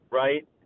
right